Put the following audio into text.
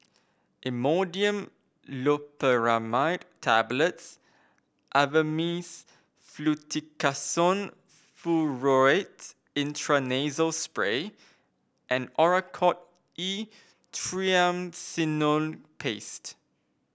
Imodium Loperamide Tablets Avamys Fluticasone Furoate Intranasal Spray and Oracort E Triamcinolone Paste